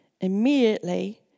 immediately